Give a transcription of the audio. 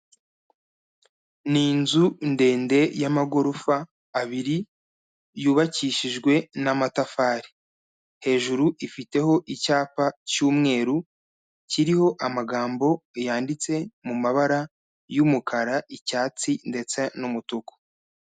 Ni inzu ndende y'amagorofa abiri yubakishijwe n'amatafari. Hejuru ifiteho icyapa cy'umweru, kiriho amagambo yanditse mu mabara y'umukara, icyatsi ndetse n'umutuku.